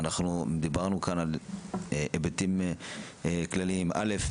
אנחנו דיברנו כאן על היבטים כלליים: א',